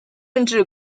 甚至